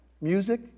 Music